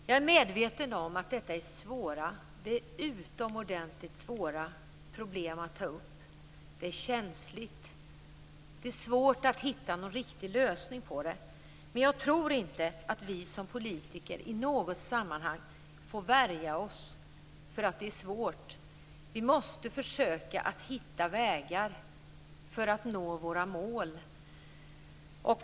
Jag är medveten om att detta är problem som är utomordentligt svåra att ta upp. Det är känsligt. Det är svårt att hitta någon riktig lösning på det. Men jag tror inte att vi som politiker i något sammanhang får värja oss för att det är svårt. Vi måste försöka att hitta vägar för att nå våra mål.